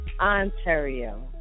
Ontario